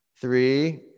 three